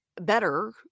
better